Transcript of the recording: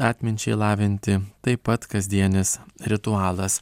atminčiai lavinti taip pat kasdienis ritualas